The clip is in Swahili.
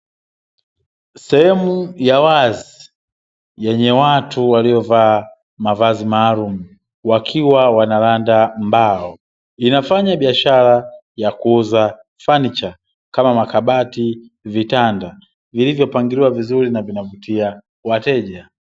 Sehemu ya wazi, yenye watu waliovaa mavazi maalumu wakiwa wanaranda mbao, inafanya biashara ya kuuza fanicha kama makabati, vitanda vilivyopangiliwa vizuri na vinavutia wateja.